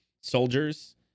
soldiers